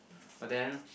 but then